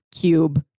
cube